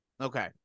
Okay